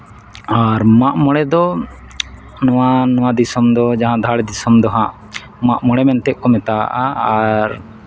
ᱟᱨ ᱢᱟᱜ ᱢᱚᱬᱮ ᱫᱚ ᱱᱚᱣᱟ ᱱᱚᱣᱟ ᱫᱤᱥᱚᱢ ᱫᱚ ᱡᱟᱦᱟᱸ ᱫᱷᱟᱲ ᱫᱤᱥᱚᱢ ᱫᱚ ᱦᱟᱸᱜ ᱢᱟᱜ ᱢᱚᱬᱮ ᱢᱮᱱᱛᱮ ᱠᱚ ᱢᱮᱛᱟᱜᱼᱟ ᱟᱨ